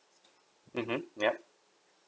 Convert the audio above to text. mmhmm yup